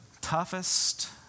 toughest